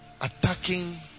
attacking